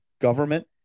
government